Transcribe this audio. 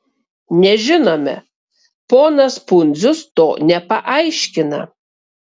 nežinome ponas pundzius to nepaaiškina